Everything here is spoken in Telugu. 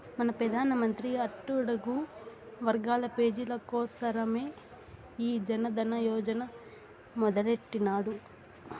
మన పెదానమంత్రి అట్టడుగు వర్గాల పేజీల కోసరమే ఈ జనదన యోజన మొదలెట్టిన్నాడు